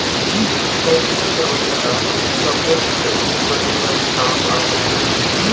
कइठन दवई ह सब्बो किसम के बन बर काम आ जाथे